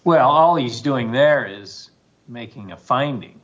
well all he's doing there is making a finding